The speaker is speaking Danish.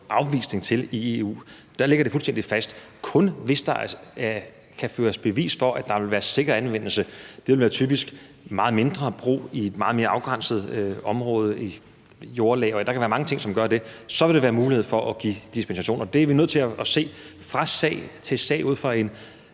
afvisning af det på i EU. Der ligger det fuldstændig fast: Kun hvis der kan føres bevis for, at der vil være sikker anvendelse – det vil typisk være meget mere begrænset brug i et meget mere afgrænset område; det kan være jordlag og mange andre ting, som gør det – så vil der være mulighed for at give dispensation. Og det er vi nødt til at se på fra sag til sag ud fra en